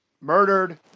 murdered